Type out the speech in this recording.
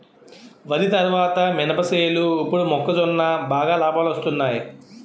వరి తరువాత మినప సేలు ఇప్పుడు మొక్కజొన్న బాగా లాబాలొస్తున్నయ్